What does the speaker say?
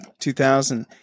2000